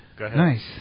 nice